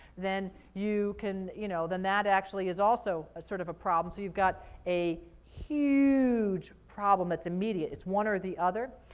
then you can you know, then that actually is also a sort of a problem. so you've got a huge problem that's immediate. it's one or the other,